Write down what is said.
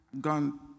gone